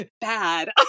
bad